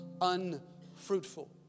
unfruitful